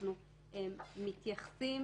וכשאנחנו מתייחסים